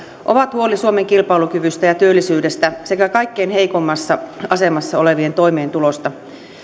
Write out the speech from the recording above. on huoli suomen kilpailukyvystä ja työllisyydestä sekä kaikkein heikoimmassa asemassa olevien toimeentulosta